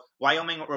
Wyoming